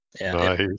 Nice